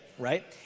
right